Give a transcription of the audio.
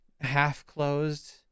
half-closed